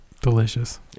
Delicious